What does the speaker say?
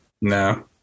No